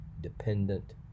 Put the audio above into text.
dependent